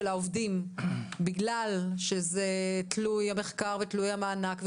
העובדים בגלל שזה תלוי מחקר ותלוי מענק?